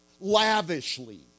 Lavishly